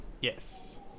yes